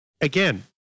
again